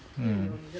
mm